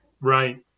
Right